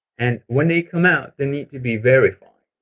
and when they come out, they need to be verified.